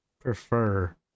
prefer